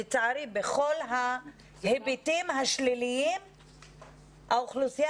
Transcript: לצערי בכל ההיבטים השליליים האוכלוסייה